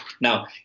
Now